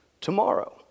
tomorrow